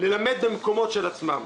ללמד במקומות של עצמם.